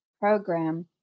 program